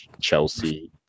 Chelsea